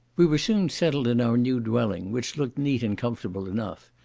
we were soon settled in our new dwelling, which looked neat and comfortable enough,